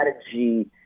strategy